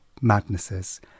madnesses